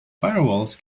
firewalls